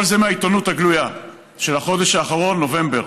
כל זה מהעיתונות הגלויה של החודש האחרון, נובמבר,